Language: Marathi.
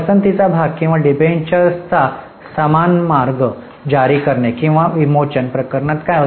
पसंतीचा भाग किंवा डिबेंचर्सचा समान मार्ग जारी करणे किंवा विमोचन प्रकरणात काय होते